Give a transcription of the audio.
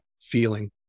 feeling